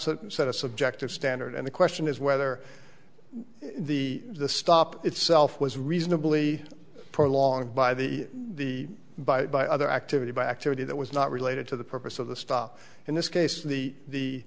certain set a subjective standard and the question is whether the the stop itself was reasonably prolonged by the the by by other activity by activity that was not related to the purpose of the stop in this case the